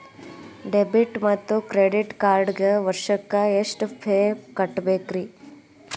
Debit ಮತ್ತು credit ಕಾರ್ಡ್ಗೆ ವರ್ಷಕ್ಕ ಎಷ್ಟ ಫೇ ಕಟ್ಟಬೇಕ್ರಿ?